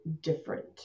different